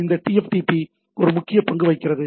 இந்த TFTP ஒரு முக்கிய பங்கு வகிக்கிறது